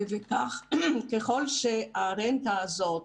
ככל שהרנטה הזאת